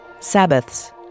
Sabbaths